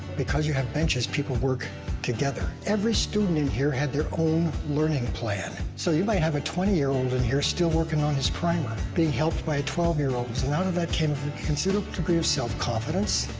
because you have benches, people work together. every student in here had their own learning plan. so you might have a twenty year old in here, still working on his primer being helped by a twelve year old. and out of that came a considerable degree of self confidence,